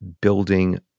building